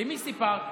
למי סיפרת?